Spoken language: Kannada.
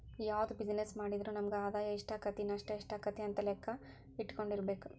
ಯಾವ್ದ ಬಿಜಿನೆಸ್ಸ್ ಮಾಡಿದ್ರು ನಮಗ ಆದಾಯಾ ಎಷ್ಟಾಕ್ಕತಿ ನಷ್ಟ ಯೆಷ್ಟಾಕ್ಕತಿ ಅಂತ್ ಲೆಕ್ಕಾ ಇಟ್ಕೊಂಡಿರ್ಬೆಕು